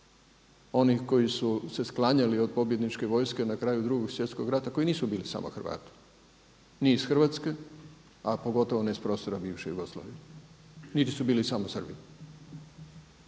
onih koji su se sklanjali od pobjedničke vojske na kraju Drugog svjetskog rata koji nisu bili samo Hrvati ni iz Hrvatske, a pogotovo ne iz prostora bivše Jugoslavije, niti su bili samo Srbi,